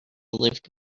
lived